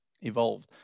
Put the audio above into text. evolved